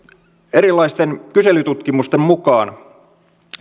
erilaisten kyselytutkimusten mukaan